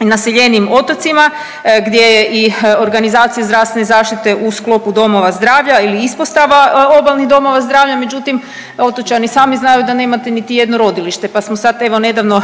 naseljenijim otocima gdje je i organizacija zdravstvene zaštite u sklopu domova zdravlja ili ispostava obalnih domova zdravlja, međutim otočani sami znaju da nemate niti jedno rodilište, pa smo sad evo nedavno